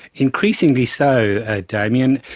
increasingly so damien,